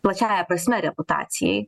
plačiąja prasme reputacijai